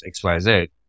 XYZ